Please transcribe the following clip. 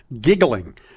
giggling